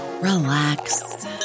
relax